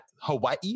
Hawaii